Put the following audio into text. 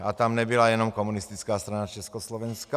A tam nebyla jenom Komunistická strana Československa.